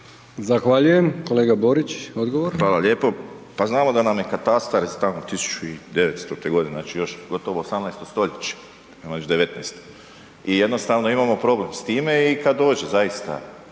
Zahvaljujem. Kolega Borić, odgovor. **Borić, Josip (HDZ)** Hvala lijepo. Pa glavno da nam je katastar iz tamo 1900.-te godine, znači još gotovo 18. stoljeće, ovo je već 19. i jednostavno imamo problem s time i kad dođe zaista